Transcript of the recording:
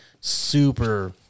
Super